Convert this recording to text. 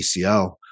acl